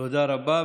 תודה רבה.